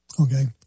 Okay